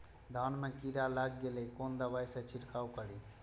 धान में कीरा लाग गेलेय कोन दवाई से छीरकाउ करी?